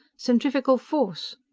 centrifugal force!